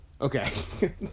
Okay